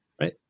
right